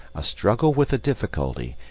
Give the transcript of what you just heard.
a struggle with a difficulty,